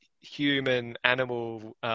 human-animal